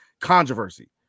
controversy